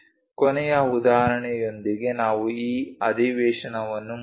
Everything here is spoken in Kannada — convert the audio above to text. ಕೊನೆಯ ಉದಾಹರಣೆಯೊಂದಿಗೆ ನಾವು ಈ ಅಧಿವೇಶನವನ್ನು ಮುಗಿಸೋಣ